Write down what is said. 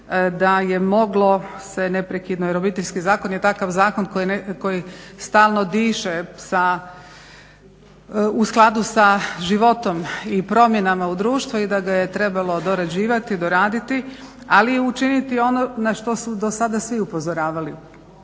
da je moglo se neprekidno jer Obiteljski zakon je takav zakon koji stalno diše u skladu sa životom i promjenama u društvu i da ga je trebalo dorađivati i doraditi ali i učiniti ono na što su dosada svi upozoravali